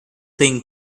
thing